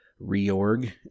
reorg